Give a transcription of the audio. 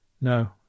No